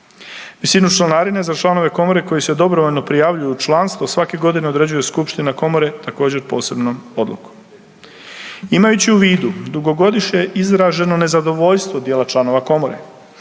Visinu članarine za članove komore koji se dobrovoljno prijavljuju u članstvo svake godine određuje Skupština komore također posebnom odlukom. Imajući u vidnu dugogodišnje izraženo nezadovoljstvo dijela članove komore